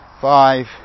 five